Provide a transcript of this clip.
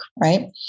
right